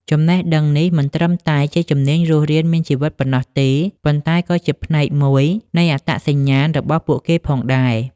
ចំណេះដឹងនេះមិនត្រឹមតែជាជំនាញរស់រានមានជីវិតប៉ុណ្ណោះទេ ប៉ុន្តែក៏ជាផ្នែកមួយនៃអត្តសញ្ញាណរបស់ពួកគេផងដែរ។